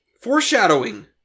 Foreshadowing